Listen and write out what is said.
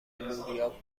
لوبیا